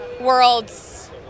worlds